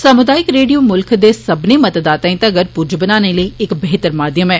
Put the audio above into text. सामुदायिक रेडियो मुल्ख दे सब्मने मतदाताएं तगर पुज्ज बनाने लेई इक बेह्तर माध्यम ऐ